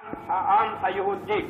קם העם היהודי,